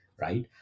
Right